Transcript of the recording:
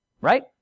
right